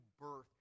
birth